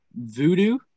Voodoo